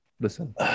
Listen